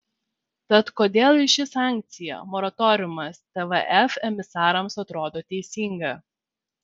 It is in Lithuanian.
tad kodėl ir ši sankcija moratoriumas tvf emisarams atrodo teisinga